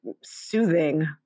soothing